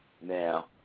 Now